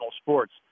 sports